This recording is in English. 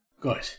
Good